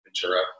Ventura